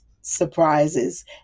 surprises